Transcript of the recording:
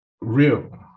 real